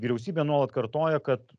vyriausybė nuolat kartoja kad